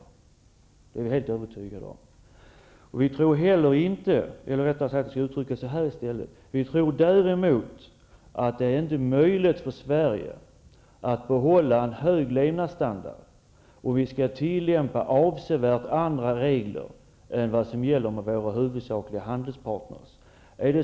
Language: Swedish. Det är vi helt övertygade om. Vi tror däremot att det inte är möjligt för Sverige att behålla en hög levnadsstandard om vi skall tillämpa avsevärt andra regler än vad som gäller hos våra huvudsakliga handelspartner.